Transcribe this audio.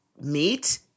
meat